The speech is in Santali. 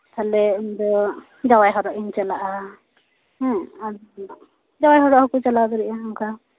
ᱛᱟᱦᱞᱮ ᱤᱧ ᱫᱚ ᱡᱟᱸᱣᱟᱭ ᱦᱚᱨᱚᱜ ᱤᱧ ᱪᱟᱞᱟᱜᱼᱟ ᱦᱮᱸ ᱟᱨᱠᱤ ᱡᱟᱸᱣᱟᱭ ᱦᱚᱨᱚᱜ ᱦᱚᱸᱠᱚ ᱪᱟᱞᱟᱣ ᱫᱟᱲᱮᱭᱟᱜᱼᱟ ᱚᱱᱠᱟ